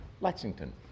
Lexington